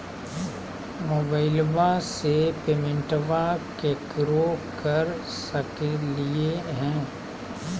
मोबाइलबा से पेमेंटबा केकरो कर सकलिए है?